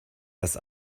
das